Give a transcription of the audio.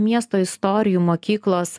miesto istorijų mokyklos